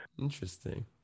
Interesting